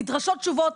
נדרשות תשובות.